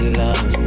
love